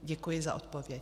Děkuji za odpověď.